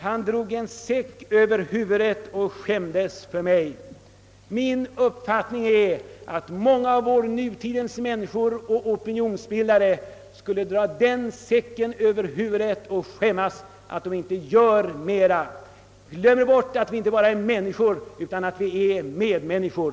Han drog en säck över huvudet och skämdes för mig. Min uppfattning är att många av nutidens människor och opinionsbildare skulle dra en sådan säck över huvudet och skämmas för att de inte gör mera. Vi glömmer bort att vi inte bara är män niskor utan också medmänniskor.